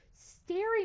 staring